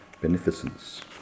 beneficence